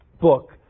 book